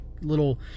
little